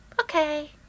okay